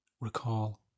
Recall